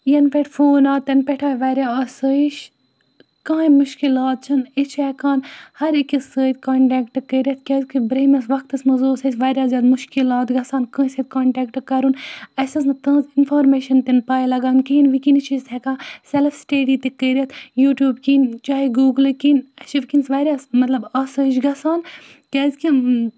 یَنہٕ پٮ۪ٹھ فون آو تَنہٕ پٮ۪ٹھ آیہِ واریاہ آسٲیِش کٕہۭنۍ مُشکِلات چھِنہٕ أسۍ چھِ ہٮ۪کان ہَر أکِس سۭتۍ کانٹیکٹ کٔرِتھ کیٛازکہِ برُنٛہِمِس وَقتَس منٛز اوس اَسہِ واریاہ زیادٕ مُشکِلات گژھان کٲنٛسہِ سۭتۍ کانٹیکٹ کَرُن اَسہِ ٲس نہٕ تٕہٕنٛز اِنفارمیشَن تہِ نہٕ پَے لَگان کِہیٖنۍ وٕنۍکٮ۪نَس چھِ أسۍ ہٮ۪کان سٮ۪لٕف سِٹیڈی تہِ کٔرِتھ یوٗٹیوٗب کِنۍ چاہے گوٗگل کِنۍ اَسہِ چھِ وٕنۍکٮ۪نَس واریاہ حظ مطلب آسٲیِش گَژھان کیٛازِکہِ